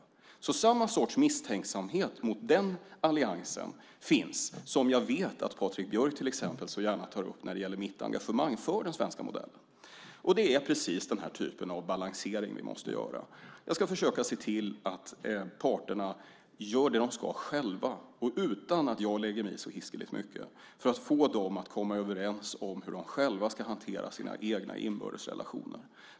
Samma sorts misstänksamhet mot den alliansen finns som jag vet att Patrik Björck så gärna tar upp när det gäller mitt engagemang för den svenska modellen. Det är precis den här typen av balansering vi måste göra. Jag ska försöka se till att parterna gör det de ska själva och utan att jag lägger mig i så hiskeligt mycket för att få dem att komma överens om hur de själva ska hantera sina egna inbördes relationer.